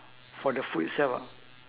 for the food itself ah